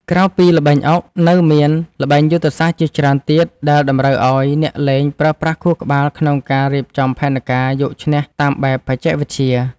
ក្រៅពីល្បែងអុកនៅមានល្បែងយុទ្ធសាស្ត្រជាច្រើនទៀតដែលតម្រូវឱ្យអ្នកលេងប្រើប្រាស់ខួរក្បាលក្នុងការរៀបចំផែនការយកឈ្នះតាមបែបបច្ចេកវិទ្យា។